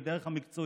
ועל הדרך המקצועית.